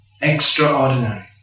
extraordinary